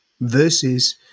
versus